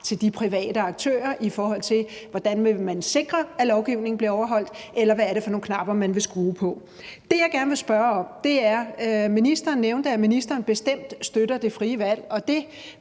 til de private aktører, i forhold til hvordan man vil sikre, at lovgivningen bliver overholdt, eller hvad det er for nogle knapper, man vil skrue på. Det, jeg gerne vil spørge om, er, i forhold til at ministeren nævnte, at ministeren bestemt støtter det frie valg, og det